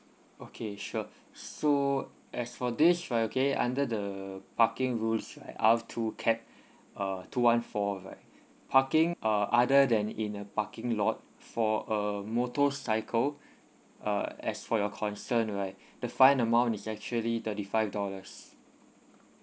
okay sure so as for this right okay under the parking rules uh R two cap uh two one four right parking uh other than in a parking lot for a motorcycle uh as for your concern right the fine amount is actually thirty five dollars